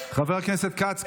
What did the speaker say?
חבר הכנסת כץ,